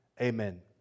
amen